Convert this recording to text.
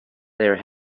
their